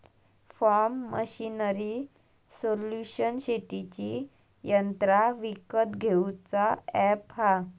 form machinery solution शेतीची यंत्रा विकत घेऊचा अॅप हा